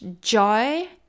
joy